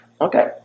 Okay